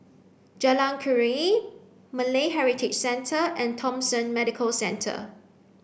Jalan Keruing Malay Heritage Centre and Thomson Medical Centre